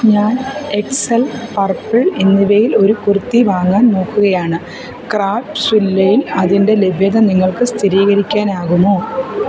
ഞാൻ X L purple എന്നിവയിൽ ഒരു കുർത്തി വാങ്ങാൻ നോക്കുകയാണ് ക്രാഫ്റ്റ്സ്വില്ലയിൽ അതിൻ്റെ ലഭ്യത നിങ്ങൾക്ക് സ്ഥിരീകരിക്കാനാകുമോ